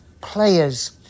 players